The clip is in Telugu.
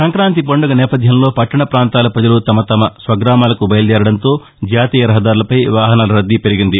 సంక్రాంతి పండుగ నేపథ్యంలో పట్టణ పాంతాల ప్రజలు తమ తమ స్వగ్రామాలకు బయలుదేరడంతో జాతీయ రహదారులపై వాహనాల రద్దీ పెరిగింది